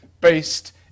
based